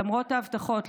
למרות ההבטחות,